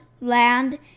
land